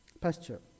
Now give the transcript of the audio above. Pasture